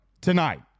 tonight